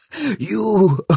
You